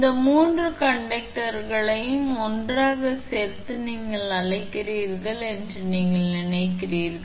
இந்த 3 கண்டக்டர்களையும் ஒன்றாக சேர்த்து நீங்கள் அழைக்கிறீர்கள் என்று நீங்கள் நினைக்கிறீர்கள்